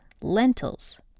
lentils